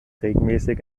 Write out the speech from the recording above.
regelmäßig